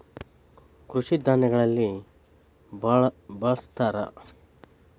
ಕೃಷಿ ಧಾನ್ಯಗಳಲ್ಲಿ ಬಳ್ಸತಾರ